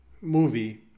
movie